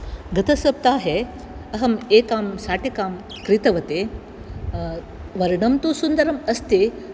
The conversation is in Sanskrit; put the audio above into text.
गतसप्ताहे अहम् एकां शाटिकां क्रीतवति वर्णं तु सुन्दरम् अस्ति